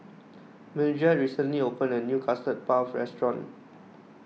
Mildred recently opened a new Custard Puff restaurant